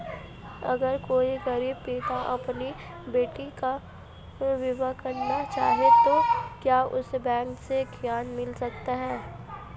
अगर कोई गरीब पिता अपनी बेटी का विवाह करना चाहे तो क्या उसे बैंक से ऋण मिल सकता है?